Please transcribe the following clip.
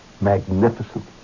magnificent